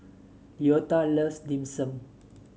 Leota loves Dim Sum